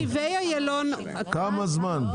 נתיבי איילון -- כמה זמן?